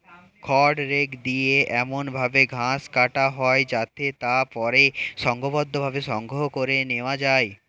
খড় রেক দিয়ে এমন ভাবে ঘাস কাটা হয় যাতে তা পরে সংঘবদ্ধভাবে সংগ্রহ করে নেওয়া যায়